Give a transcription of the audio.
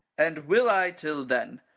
and will i tell then!